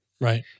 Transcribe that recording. Right